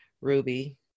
Ruby